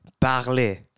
parler